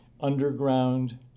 underground